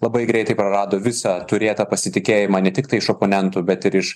labai greitai prarado visą turėtą pasitikėjimą ne tiktai iš oponentų bet ir iš